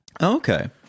Okay